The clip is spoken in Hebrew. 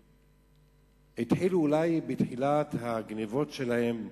שהתחילו, אולי, בתחילת הגנבות שלהם,